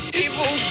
people